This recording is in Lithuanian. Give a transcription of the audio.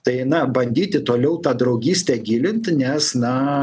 tai na bandyti toliau tą draugystę gilint nes na